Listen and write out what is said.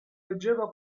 leggeva